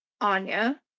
Anya